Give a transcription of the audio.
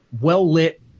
well-lit